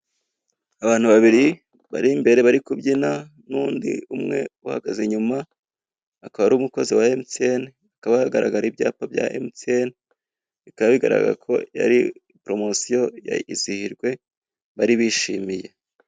Abantu babiri bari imbere bari kubyina n'undi umwe uhagaze inyuma, akaba ari umukozi wa Emutiyeni, hakaba hagaragara ibyapa bya Emutiyeni, bikaba bigaragara ko yari poromosiyo ya izihirwe bari bishimiye.